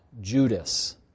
Judas